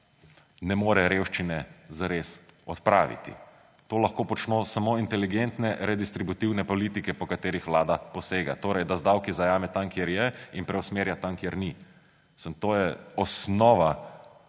ne more revščine zares odpraviti. To lahko počno samo inteligentne redistributivne politike, po katerih vlada posega. Torej da z davki zajame tam, kjer je, in preusmerja tja, kjer ni. To je osnova